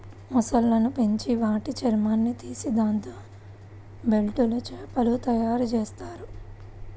మొసళ్ళను పెంచి వాటి చర్మాన్ని తీసి దాంతో బెల్టులు, చెప్పులు తయ్యారుజెత్తారు